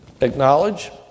acknowledge